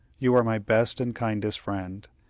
you are my best and kindest friend,